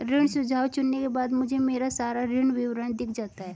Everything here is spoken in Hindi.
ऋण सुझाव चुनने के बाद मुझे मेरा सारा ऋण विवरण दिख जाता है